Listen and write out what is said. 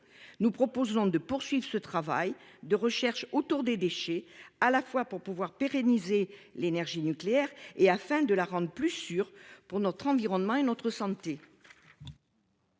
nous proposons de poursuivre ce travail de recherche sur les déchets, à la fois pour pérenniser l'énergie nucléaire et pour la rendre plus sûre au regard de notre environnement et de notre santé.